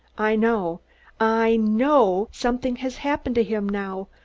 i know i know something has happened to him now.